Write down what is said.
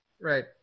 Right